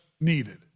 needed